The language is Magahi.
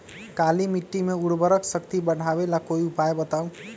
काली मिट्टी में उर्वरक शक्ति बढ़ावे ला कोई उपाय बताउ?